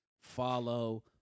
follow